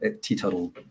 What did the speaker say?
teetotal